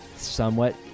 somewhat